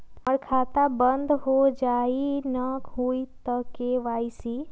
हमर खाता बंद होजाई न हुई त के.वाई.सी?